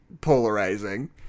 polarizing